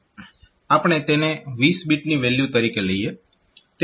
આપણે તેને 20 બીટની વેલ્યુ તરીકે લઈએ